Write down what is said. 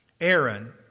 Aaron